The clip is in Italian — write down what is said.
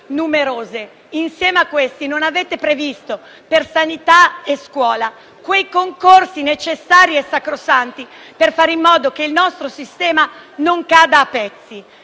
numerose - non avete previsto per sanità e scuola quei concorsi necessari e sacrosanti per fare in modo che il nostro sistema non cada a pezzi.